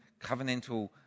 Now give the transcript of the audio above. covenantal